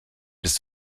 bist